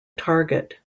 target